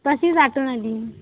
तशीच आठवण आली